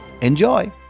Enjoy